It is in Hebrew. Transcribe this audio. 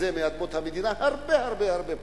מאדמות המדינה זה הרבה הרבה הרבה פחות.